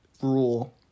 Rule